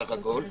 בסך הכול מדובר?